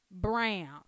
brown